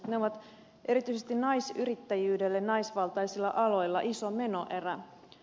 ne ovat erityisesti naisyrittäjyydelle naisvaltaisilla aloilla iso menoerä